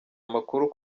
amakuru